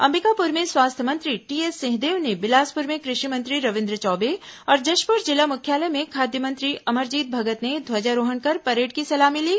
अंबिकापुर में स्वास्थ्य मंत्री टीएस सिंहदेव ने बिलासपुर में कृषि मंत्री रविन्द्र चौबे और जशपुर जिला मुख्यालय में खाद्य मंत्री अमरजीत भगत ने ध्वजारोहण कर परेड की सलामी ली